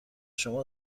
شما